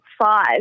five